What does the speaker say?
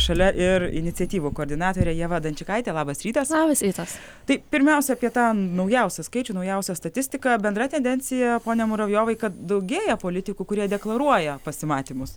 šalia ir iniciatyvų koordinatorė ieva dunčikaitė labas rytas labas rytas tai pirmiausia apie tą naujausią skaičių naujausią statistiką bendra tendencija pone muravjovai kad daugėja politikų kurie deklaruoja pasimatymus